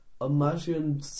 imagine